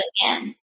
again